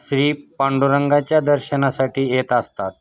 श्री पांडुरंगांच्या दर्शनासाठी येत असतात